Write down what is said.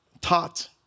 taught